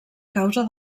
causa